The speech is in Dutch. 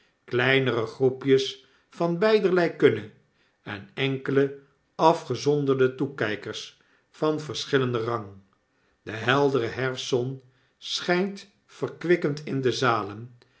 kleinere groepjes van beiderlei kunne en enkele afgezonderde toekykers van verschillenden rang de heldere herfstzon schijnt verkwikkend in de zalen